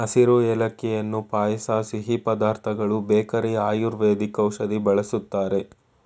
ಹಸಿರು ಏಲಕ್ಕಿಯನ್ನು ಪಾಯಸ ಸಿಹಿ ಪದಾರ್ಥಗಳು ಬೇಕರಿ ಆಯುರ್ವೇದಿಕ್ ಔಷಧಿ ಬಳ್ಸತ್ತರೆ